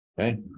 Okay